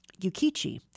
Yukichi